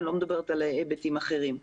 אני לא מדברת על היבטים אחרים.